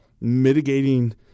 mitigating